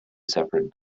separate